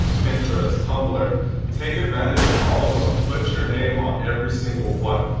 pinterest, tumblr take advantage of all of them. put your name on every single one.